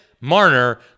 Marner